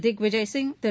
Digvijaya Singh Thiru